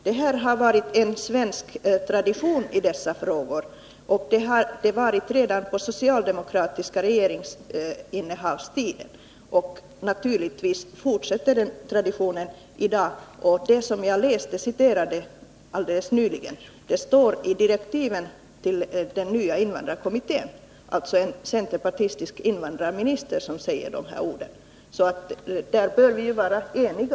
Detta har varit en svensk tradition i dessa frågor redan på det socialdemokratiska regeringsinnehavets tid, och naturligtvis fortsätts traditionen i dag. Men det som jag citerade alldeles nyss står i direktiven till den nya invandrarkommittén, och det är alltså en centerpartistisk invandrarminister som säger de här orden. Där bör vi alltså vara eniga.